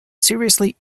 seriously